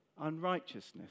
unrighteousness